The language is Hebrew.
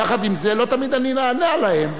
יחד עם זה, לא תמיד אני נענה להן.